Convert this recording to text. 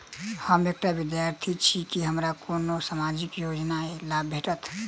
हम एकटा विद्यार्थी छी, की हमरा कोनो सामाजिक योजनाक लाभ भेटतय?